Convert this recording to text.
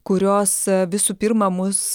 kurios visų pirma mus